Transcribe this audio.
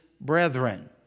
brethren